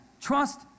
Trust